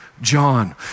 John